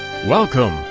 Welcome